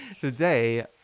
today